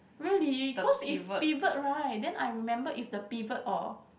really cause if pivot right then I remember if the pivot or